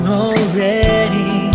already